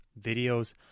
videos